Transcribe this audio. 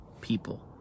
people